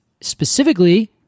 specifically